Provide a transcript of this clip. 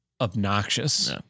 obnoxious